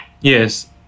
Yes